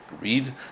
Read